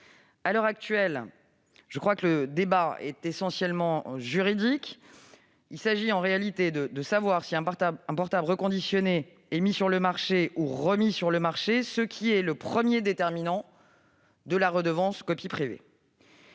À l'heure actuelle, je crois que le débat est essentiellement juridique. Il s'agit en réalité de savoir si un portable reconditionné est mis sur le marché ou remis sur le marché, ce qui est le premier déterminant de la redevance « copie privée